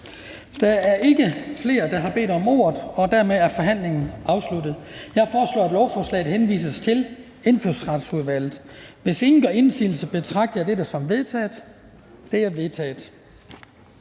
taget ikke flere, som har bedt om ordet, og så er forhandlingen sluttet. Jeg foreslår, at lovforslaget henvises til Erhvervsudvalget. Hvis ingen gør indsigelse, betragter jeg dette som vedtaget. Det er vedtaget.